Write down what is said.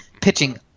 pitching